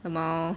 oh